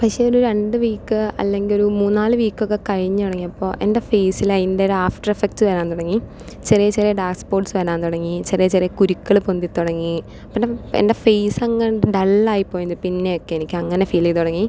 പക്ഷെ ഒരു രണ്ട് വീക്ക് അല്ലെങ്കിൽ ഒരു മൂന്ന് നാല് വീക്ക് ഒക്കെ കഴിഞ്ഞ് തുടങ്ങിയപ്പോൾ എൻ്റെ ഫേസിൽ അതിൻ്റെ ഒരു ആഫ്റ്റർ എഫക്ട്സ് വരാൻ തുടങ്ങി ചെറിയ ചെറിയ ഡാർക്ക് സ്പോട്സ് വരാൻ തുടങ്ങി ചെറിയ ചെറിയ കുരുക്കൾ പൊന്തി തുടങ്ങി പിന്നെ എൻ്റെ ഫേസ് അങ്ങ് ഡള്ളായി പോയി പിന്നെ ഒക്കെ എനിക്ക് അങ്ങനെ ഫീൽ ചെയ്ത് തുടങ്ങി